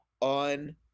on